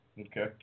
Okay